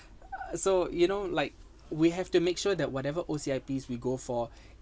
so you know like we have to make sure that whatever O_C_I_P we go for